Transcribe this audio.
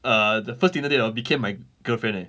uh the first Tinder date hor became my girlfriend leh